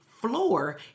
floor